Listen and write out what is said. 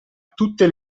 tutte